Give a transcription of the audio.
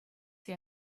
see